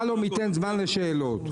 שלום ייתן זמן לשאלות.